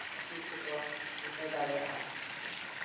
ᱠᱷᱟᱹᱛᱤᱨ ᱛᱮᱠᱚ ᱵᱩᱡᱷᱟᱹᱣ ᱫᱟᱲᱮᱭᱟᱜᱼᱟ